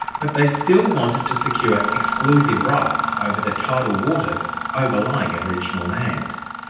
but they still wanted to secure exclusive rights over the tidal waters overlying aboriginal land.